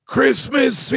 Christmas